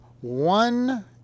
one